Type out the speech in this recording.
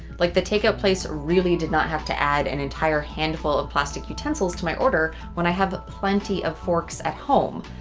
like the takeout place really did not have to add an entire handful of plastic utensils to my order when i have plenty of forks at home.